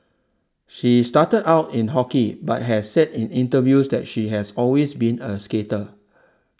she started out in hockey but has said in interviews that she has always been a skater